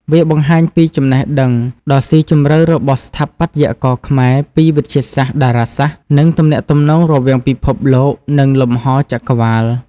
វាបង្ហាញពីចំណេះដឹងដ៏ស៊ីជម្រៅរបស់ស្ថាបត្យករខ្មែរពីវិទ្យាសាស្ត្រតារាសាស្ត្រ និងទំនាក់ទំនងរវាងពិភពលោក និងលំហរចក្រវាឡ